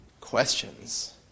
Questions